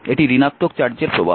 এটি ঋণাত্মক চার্জের প্রবাহ